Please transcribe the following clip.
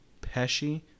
Pesci